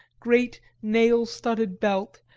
great nail-studded belt,